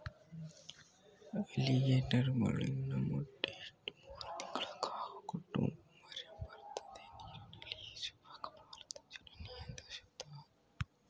alligator ಮರಳಲ್ಲಿ ಮೊಟ್ಟೆ ಇಟ್ಟು ಮೂರು ತಿಂಗಳು ಕಾವು ಕೊಟ್ಟು ಮರಿಬರ್ತದೆ ನೀರಲ್ಲಿ ಈಜುವಾಗ ಬಾಲದ ಚಲನೆಯಿಂದ ಶಬ್ದವಾಗ್ತದೆ